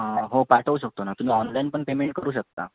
हां हो पाठवू शकतो ना तुम्ही ऑनलाईन पण पेमेंट करू शकता